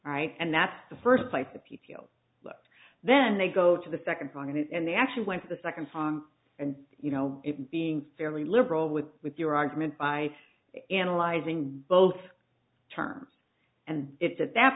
right and that's the first place the people then they go to the second song and they actually went to the second song and you know it being fairly liberal with with your argument by analyzing both terms and it's at that